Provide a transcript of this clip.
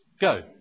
Go